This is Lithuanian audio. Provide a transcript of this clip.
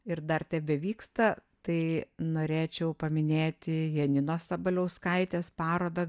ir dar tebevyksta tai norėčiau paminėti janinos sabaliauskaitės parodą